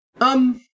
Um-